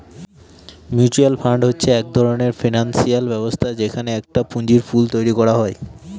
mutual fund হচ্ছে এক ধরনের ফিনান্সিয়াল ব্যবস্থা যেখানে একটা পুঁজির পুল তৈরী করা হয়